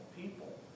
people